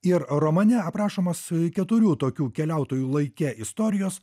ir romane aprašomos keturių tokių keliautojų laike istorijos